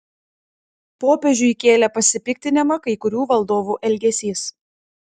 popiežiui kėlė pasipiktinimą kai kurių valdovų elgesys